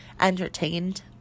entertained